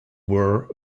were